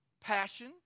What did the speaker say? passion